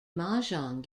mahjong